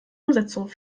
umsetzung